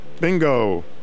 Bingo